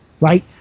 right